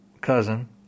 cousin